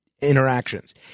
interactions –